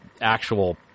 actual